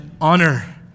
honor